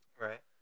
Right